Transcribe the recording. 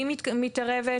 אני מתערבת,